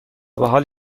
بحال